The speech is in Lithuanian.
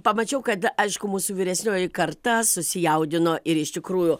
pamačiau kad aišku mūsų vyresnioji karta susijaudino ir iš tikrųjų